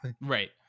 Right